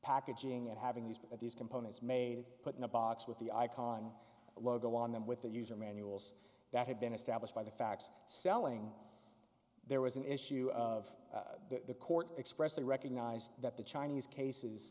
packaging and having these but these components made it put in a box with the icon logo on them with the user manuals that had been established by the fax selling there was an issue of the court expressly recognized that the chinese cases